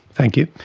thank you.